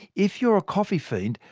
if you're a coffee fiend,